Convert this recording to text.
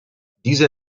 diese